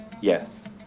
Yes